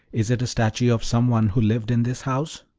is it a statue of some one who lived in this house?